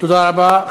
תודה רבה.